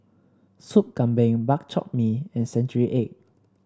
Soup Kambing Bak Chor Mee and Century Egg